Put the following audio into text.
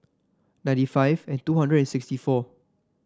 ninety five and two hundred and sixty four